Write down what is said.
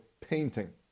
painting